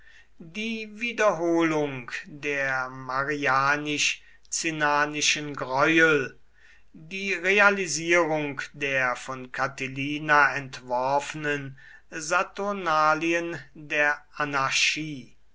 die wiederholung der marianisch cinnanischen greuel die realisierung der von catilina entworfenen saturnalien der anarchie